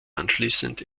anschließend